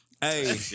Hey